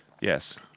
Yes